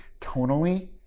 tonally